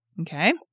Okay